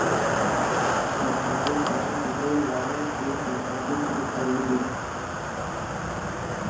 सरकारी काम करे वालन के सरकारी तनखा मिली